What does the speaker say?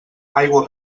aigua